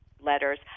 letters